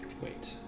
Wait